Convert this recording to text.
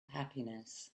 happiness